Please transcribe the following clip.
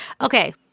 Okay